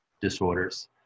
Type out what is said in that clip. disorders